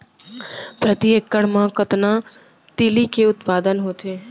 प्रति एकड़ मा कतना तिलि के उत्पादन होथे?